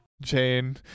Jane